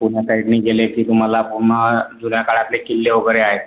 पुण्या साईडने गेले की तुम्हाला पुन्हा जुन्या काळातले किल्ले वगैरे आहे